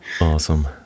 Awesome